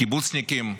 קיבוצניקים,